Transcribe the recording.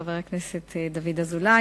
חבר הכנסת דוד אזולאי,